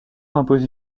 impose